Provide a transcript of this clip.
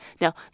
Now